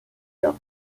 york